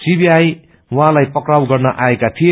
CBI उहाँलाई पक्राउ गर्न आएका थिए